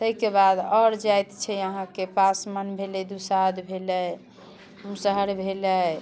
ताहिके बाद आओर जाइत छै अहाँके पासमान भेलै दुसाध भेलै मुसहर भेलै